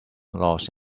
lost